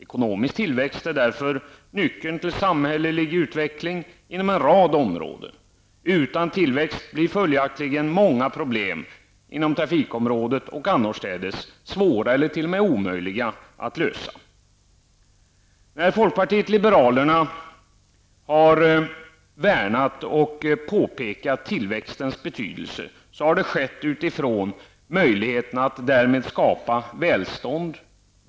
Ekonomisk tillväxt är därför nyckeln till samhällelig utveckling inom en rad områden. Utan tillväxt blir följdaktligen många problem inom trafikområdet och annorstädes svåra eller t.o.m. omöjliga att lösa. När folkpartiet liberalerna har värnat om och påpekat tillväxtens betydelse har det skett utifrån möjligheten att därmed skapa välstånd.